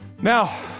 Now